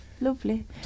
lovely